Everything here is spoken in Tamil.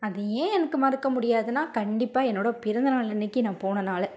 அது ஏன் எனக்கு மறக்க முடியாதுன்னால் கண்டிப்பாக என்னோடய பிறந்த நாள் அன்றைக்கு நான் போனதுனால